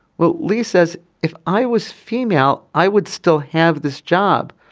well lee says if i was female i would still have this job.